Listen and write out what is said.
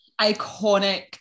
iconic